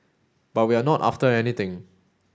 but we're not after anything